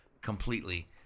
completely